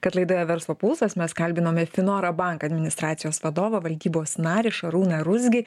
kad laidoje verslo pulsas mes kalbinome finora bank administracijos vadovą valdybos narį šarūną ruzgį